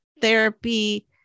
therapy